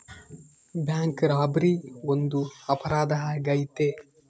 bank robbery ಒಂದು ಅಪರಾಧ ಆಗೈತೆ